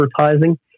advertising